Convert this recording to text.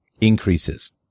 increases